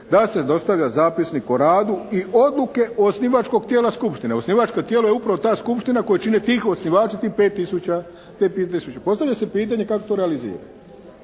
da se dostavlja zapisnik o radu i odluke osnivačkog tijela skupštine. Osnivačko tijelo je upravo ta skupština koju čine ti osnivači, tih 5 tisuća. Postavlja se pitanje kako to realizirati